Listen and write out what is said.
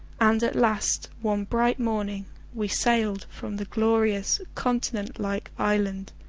and last one bright morning we sailed from the glorious continent-like island,